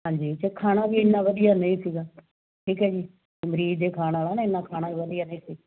ਹਾਂਜੀ ਅਤੇ ਖਾਣਾ ਵੀ ਇੰਨਾ ਵਧੀਆ ਨਹੀਂ ਸੀਗਾ ਠੀਕ ਹੈ ਜੀ ਮਰੀਜ਼ ਦੇ ਖਾਣ ਵਾਲਾ ਇੰਨਾ ਖਾਣਾ ਵਧੀਆ ਨਹੀਂ ਸੀ